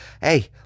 Hey